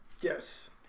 Yes